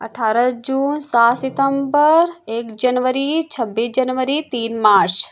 अठारह जून सात सितम्बर एक जनवरी छब्बीस जनवरी तीन मार्च